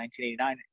1989